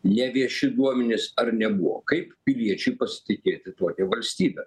nevieši duomenys ar nebuvo kaip piliečiui pasitikėti tokia valstybe